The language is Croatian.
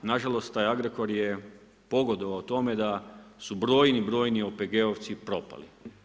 Na žalost, taj Agrokor je pogodovao tome da su brojni OPG-ovci propali.